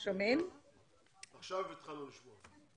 הם לוקחים את הכסף ונגמר הסיפור?